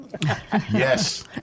Yes